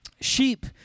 Sheep